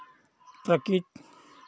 ताकि